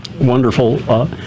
wonderful